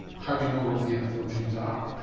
how do you know what neanderthal genes are?